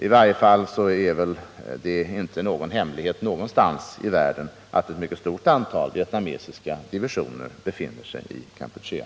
I varje fall är det inte någon hemlighet någonstans i världen ati ett mycket stort antal vietnamesiska divisioner befinner sig i Kampuchea.